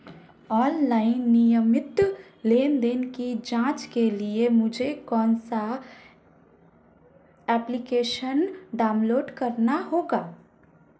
Online नियमित लेनदेन की जांच के लिए मुझे कौनसा एप्लिकेशन डाउनलोड करना होगा?